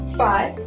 five